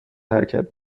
حرکت